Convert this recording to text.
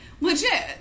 legit